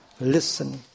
listen